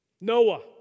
Noah